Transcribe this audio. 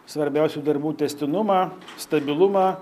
svarbiausių darbų tęstinumą stabilumą